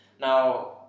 Now